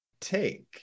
take